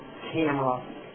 camera